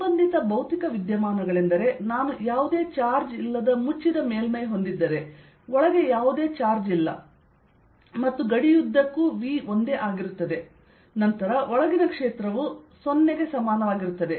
ಸಂಬಂಧಿತ ಭೌತಿಕ ವಿದ್ಯಮಾನಗಳೆಂದರೆ ನಾನು ಯಾವುದೇ ಚಾರ್ಜ್ ಇಲ್ಲದ ಮುಚ್ಚಿದ ಮೇಲ್ಮೈ ಹೊಂದಿದ್ದರೆ ಒಳಗೆ ಯಾವುದೇ ಚಾರ್ಜ್ ಇಲ್ಲ ಮತ್ತು ಗಡಿಯುದ್ದಕ್ಕೂ V ಒಂದೇ ಆಗಿರುತ್ತದೆ ನಂತರ ಒಳಗಿನ ಕ್ಷೇತ್ರವು 0 ಕ್ಕೆ ಸಮಾನವಾಗಿರುತ್ತದೆ